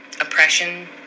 oppression